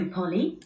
Polly